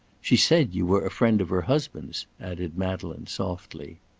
she said you were a friend of her husband's, added madeleine softly.